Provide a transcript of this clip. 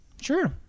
Sure